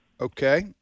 Okay